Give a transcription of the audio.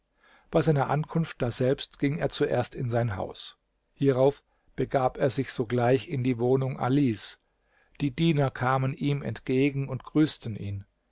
bei seiner ankunft daselbst ging er zuerst in sein haus hierauf begab er sich sogleich in die wohnung alis die diener kamen ihm entgegen und grüßten ihn